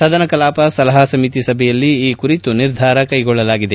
ಸದನ ಕಲಾಪ ಸಲಹಾ ಸಮಿತಿ ಸಭೆಯಲ್ಲಿ ಈ ಕುರಿತು ನಿರ್ಧಾರ ಕೈಗೊಳ್ಳಲಾಗಿದೆ